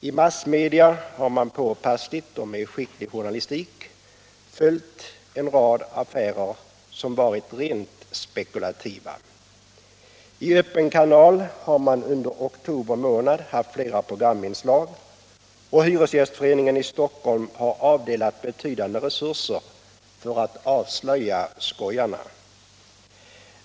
I massmedia har man påpassligt och med skicklig journalistik följt en rad affärer som varit rent spekulativa. I Öppen kanal har man under oktober månad haft flera programinslag, och Hyresgästföreningen i Stockholm har avdelat betydande resurser för att avslöja skojarna.